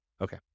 Okay